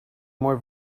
more